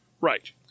Right